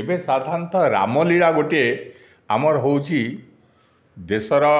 ଏବେ ସାଧାରଣତଃ ରାମଲୀଳା ଗୋଟିଏ ଆମର ହେଉଛି ଦେଶର